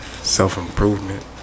self-improvement